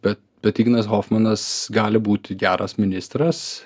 bet bet ignas hofmanas gali būti geras ministras